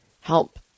help